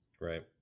Right